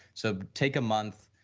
so, take a month,